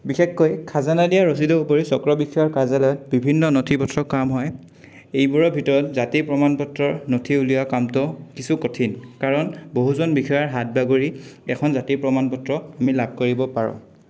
বিশেষকৈ খাজানা দিয়া ৰচিদৰ উপৰি চক্ৰ বিষয়ৰ কাৰ্যালয়ত বিভিন্ন নথি পত্ৰৰ কাম হয় এইবোৰৰ ভিতৰত জাতিৰ প্ৰমাণ পত্ৰৰ নথি উলিওৱা কামটো কিছু কঠিন কাৰণ বহুজন বিষয়ৰ হাত বাগৰি এখন জাতিৰ প্ৰমাণ পত্ৰ আমি লাভ কৰিব পাৰোঁ